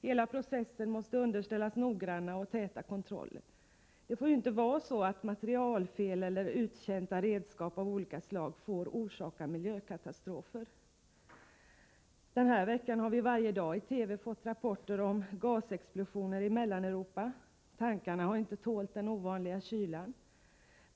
Hela processen måste underställas noggranna och täta kontroller. Det får inte vara så att materialfel eller uttjänta redskap av olika slag tillåts orsaka miljökatastrofer. Denna vecka har vi varje dag i TV fått rapporter om gasexplosioner i Mellaneuropa. Tankarna har inte tålt den ovanliga kylan.